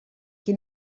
qui